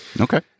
Okay